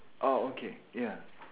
oh okay ya